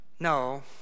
No